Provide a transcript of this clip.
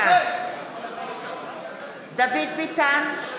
בעד דוד ביטן,